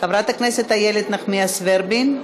חברת הכנסת איילת נחמיאס ורבין,